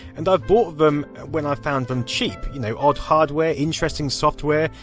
and i've bought them when i've found them cheap. you know odd hardware, interesting software,